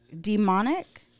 Demonic